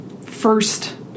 first